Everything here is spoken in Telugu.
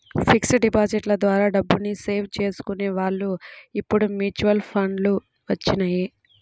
ఫిక్స్డ్ డిపాజిట్ల ద్వారా డబ్బుని సేవ్ చేసుకునే వాళ్ళు ఇప్పుడు మ్యూచువల్ ఫండ్లు వచ్చినియ్యి